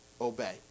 obey